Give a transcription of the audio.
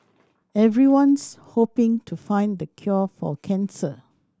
everyone's hoping to find the cure for cancer